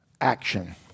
action